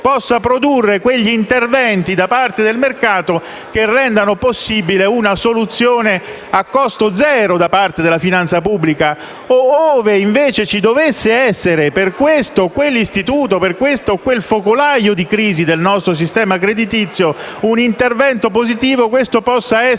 possa produrre quegli interventi nel mercato che rendano possibile una soluzione a costo zero da parte della finanza pubblica; ove invece ci dovesse essere, per questo o quell'istituto, per questo o quel focolaio di crisi del nostro sistema creditizio, un intervento positivo, l'auspicio è che